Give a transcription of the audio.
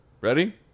Ready